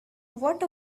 what